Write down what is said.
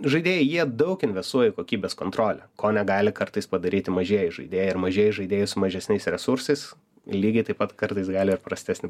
žaidėjai jie daug investuoja į kokybės kontrolę ko negali kartais padaryti mažieji žaidėjai ir mažieji žaidėjai su mažesniais resursais lygiai taip pat kartais gali ir prastesni